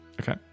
Okay